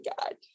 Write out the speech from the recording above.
God